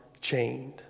chained